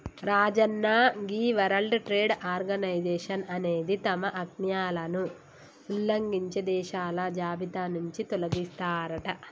రాజన్న గీ world trade organisation అనేది తమ ఆజ్ఞలను ఉల్లంఘించే దేశాల జాబితా నుంచి తొలగిస్తారట